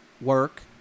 work